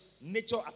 Nature